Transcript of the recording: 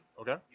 Okay